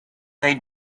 they